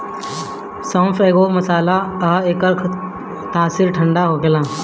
सौंफ एगो मसाला हअ एकर तासीर ठंडा होखेला